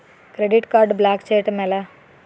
Credit card block చేయడం ఎలా?